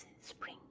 spring